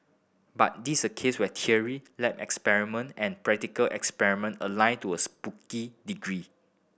but this a case wet theory lab experiment and practical experiment align to a spooky degree